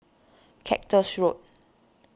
Cactus Road